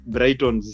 Brighton